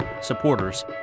supporters